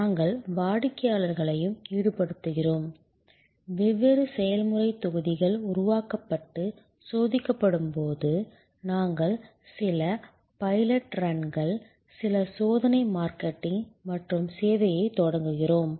நாங்கள் வாடிக்கையாளர்களையும் ஈடுபடுத்துகிறோம் வெவ்வேறு செயல்முறை தொகுதிகள் உருவாக்கப்பட்டு சோதிக்கப்படும் போது நாங்கள் சில பைலட் ரன்கள் சில சோதனை மார்க்கெட்டிங் மற்றும் சேவையைத் தொடங்குகிறோம்